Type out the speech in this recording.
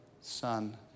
Son